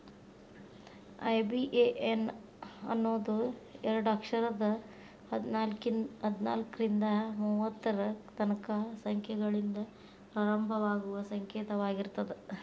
IBAN ಅನ್ನೋದು ಎರಡ ಅಕ್ಷರದ್ ಹದ್ನಾಲ್ಕ್ರಿಂದಾ ಮೂವತ್ತರ ತನಕಾ ಸಂಖ್ಯೆಗಳಿಂದ ಪ್ರಾರಂಭವಾಗುವ ಸಂಕೇತವಾಗಿರ್ತದ